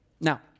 now